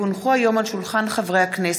כי הונחו היום על שולחן הכנסת,